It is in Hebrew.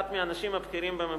אחד מהאנשים הבכירים בממשלה,